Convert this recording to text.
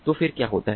तो फिर क्या होता है